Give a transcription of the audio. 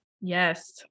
Yes